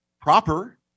proper